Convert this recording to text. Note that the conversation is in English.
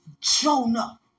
Jonah